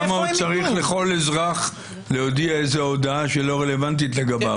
למה צריך לכל אזרח להודיע הודעה שהיא לא רלוונטית לגביו?